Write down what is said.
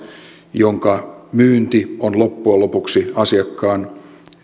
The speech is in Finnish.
jonka myynti on loppujen lopuksi asiakkaan